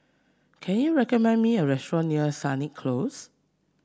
can you recommend me a restaurant near Sennett Close